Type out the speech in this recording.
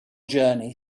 journey